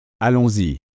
Allons-y